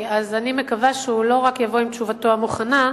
אז אני מקווה שהוא לא יבוא רק עם תשובתו המוכנה,